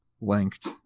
linked